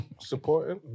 supporting